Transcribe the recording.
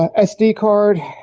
sd card,